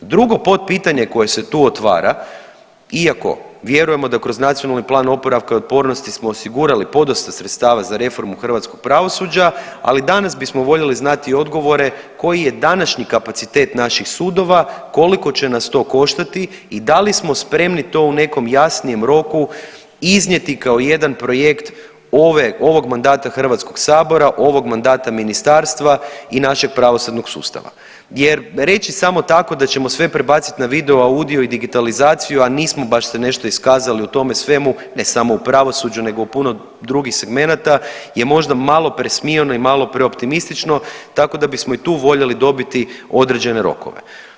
Drugo potpitanje koje se tu otvara iako vjerujemo da kroz NPOO smo osigurali podosta sredstava za reformu hrvatskog pravosuđa, ali danas bismo voljeli znati odgovore koji je današnji kapacitet naših sudova, koliko će nas to koštati i da li smo spremni to u nekom jasnijem roku iznijeti kao jedan projekt ove, ovog mandata HS, ovog mandata ministarstva i našeg pravosudnog sustava jer reći samo tako da ćemo sve prebacit na video, audio i digitalizaciju, a nismo baš se nešto iskazali u tome svemu ne samo u pravosuđu nego u puno drugih segmenata je možda malo presmiono i malo preoptimistično, tako da bismo i tu voljeli dobiti određene rokove.